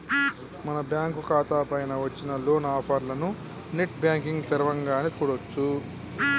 మన బ్యాంకు ఖాతా పైన వచ్చిన లోన్ ఆఫర్లను నెట్ బ్యాంకింగ్ తరవంగానే చూడొచ్చు